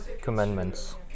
commandments